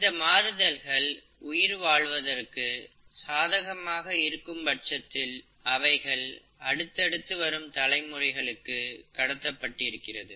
இந்த மாறுதல்கள் உயிர் வாழ்வதற்கு சாதகமாக இருக்கும் பட்சத்தில் அவைகள் அடுத்தடுத்து வரும் தலைமுறைகளுக்கு கடதப்பட்டிருக்கிறது